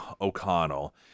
O'Connell